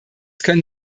können